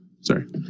Sorry